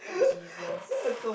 jesus